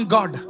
God